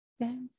Dance